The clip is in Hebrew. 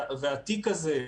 והתיק הזה,